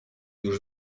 już